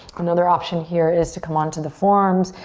another option here is to come onto the forearms.